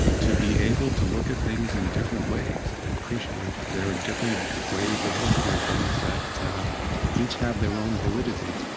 to be able to look at things in different ways and appreciate their different ways of looking at things that each have their own validity.